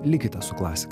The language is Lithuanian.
likite su klasika